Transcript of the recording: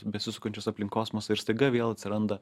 besisukančios aplink kosmosą ir staiga vėl atsiranda